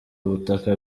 ubutaka